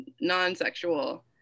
non-sexual